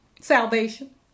salvation